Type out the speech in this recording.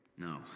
No